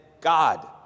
God